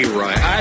right